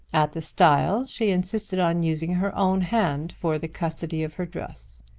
at the stile she insisted on using her own hand for the custody of her dress.